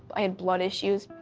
i had blood issues.